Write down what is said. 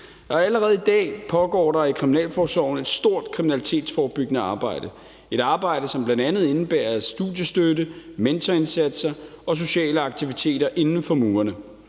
Allerede i dag pågår der i kriminalforsorgen et stort kriminalitetsforebyggende arbejde. Det er et arbejde, som bl.a. indebærer studiestøtte, mentorindsatser og sociale aktiviteter inden for murene.